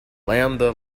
lambda